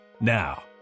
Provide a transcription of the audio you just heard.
now